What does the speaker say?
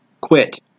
quit